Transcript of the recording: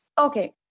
okay